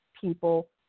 people